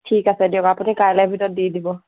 ঠিক আছে দিয়ক আপুনি কাইলৈ ভিতৰত দি দিব